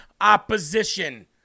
opposition